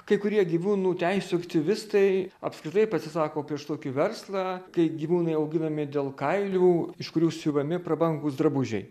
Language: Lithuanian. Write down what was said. kai kurie gyvūnų teisių aktyvistai apskritai pasisako prieš tokį verslą kai gyvūnai auginami dėl kailių iš kurių siuvami prabangūs drabužiai